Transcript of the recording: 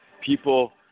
People